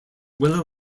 willow